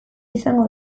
izango